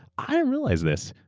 i realized this.